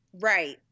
Right